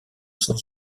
sens